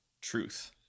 Truth